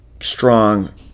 strong